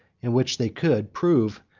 and which they could prove,